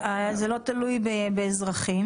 זה לא תלוי באזרחים,